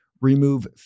remove